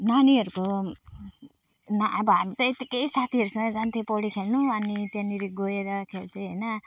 नानीहरूको ना अब हामी त यतिकै साथीहरूसँग जान्थेँ पौडी खेल्नु अनि त्यहाँनेरि गएर खेल्थेँ होइन